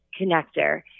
connector